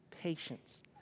patience